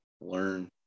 learn